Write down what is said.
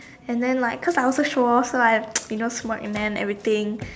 and then like cause I also show off lah you know smirk and then everything